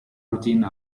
routine